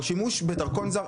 או שימוש בדרכון זר?